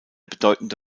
bedeutende